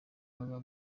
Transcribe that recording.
baba